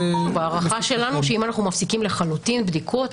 ההערכה שלנו שאם אנו מפסיקים לחלוטין בדיקות,